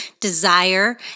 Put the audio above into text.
desire